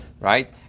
right